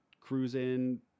cruising